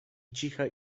ciche